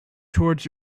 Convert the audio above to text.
toward